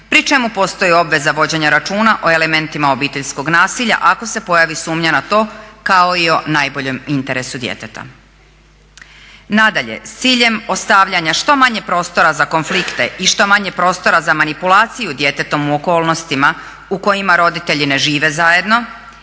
pri čemu postoji obveza vođenja računa o elementima obiteljskog nasilja ako se pojavi sumnja na to, kao i o najboljem interesu djeteta. Nadalje, s ciljem ostavljanja što manje prostora za konflikte i što manje prostora za manipulaciju djetetom u okolnostima u kojima roditelji ne žive zajedno